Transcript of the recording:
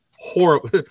horrible